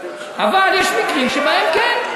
אבל יש מקרים שבהם כן.